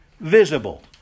visible